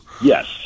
Yes